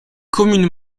communes